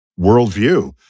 worldview